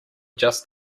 just